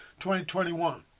2021